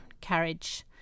carriage